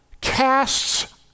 casts